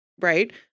right